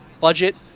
budget